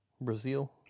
Brazil